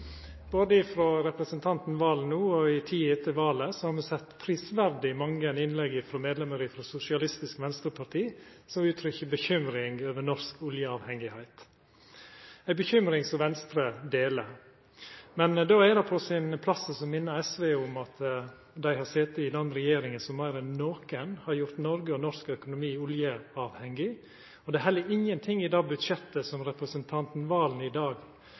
Både frå representanten Serigstad Valen no og ei tid etter valet har me sett prisverdig mange innlegg frå medlemmer frå Sosialistisk Venstreparti som uttrykkjer bekymring over norsk oljeavhengigheit – ei bekymring som Venstre deler. Men då er det på sin plass å minna SV om at dei har sete i den regjeringa som meir enn nokon har gjort Noreg og norsk økonomi oljeavhengig, og det er heller ingenting i det budsjettet som representanten Serigstad Valen i dag